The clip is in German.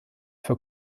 für